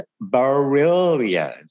brilliant